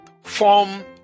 form